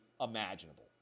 imaginable